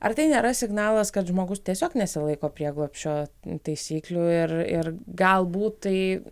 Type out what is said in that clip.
ar tai nėra signalas kad žmogus tiesiog nesilaiko prieglobsčio taisyklių ir ir galbūt tai